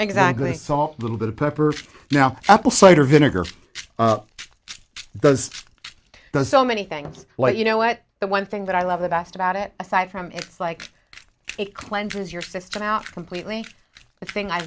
exactly salt little bit of pepper now apple cider vinegar does it does so many things why you know what the one thing that i love the best about it aside from it's like it cleanses your system out completely the thing i